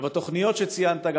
גם התוכניות שציינת,